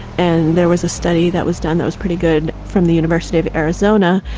and there was a study that was done that was pretty good from the university of arizona,